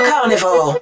Carnival